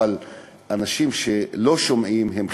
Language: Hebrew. ואנשים שלא שומעים הם חירשים.